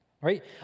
right